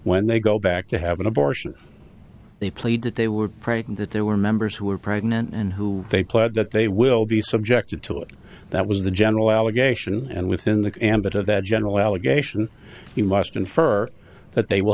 when they go back to have an abortion they played that they were pregnant that there were members who were pregnant and who they pledged that they will be subjected to it that was the general allegation and within the ambit of that general allegation you must infer that they will